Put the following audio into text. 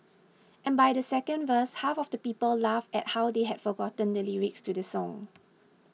and by the second verse half of the people laughed at how they have forgotten the lyrics to the song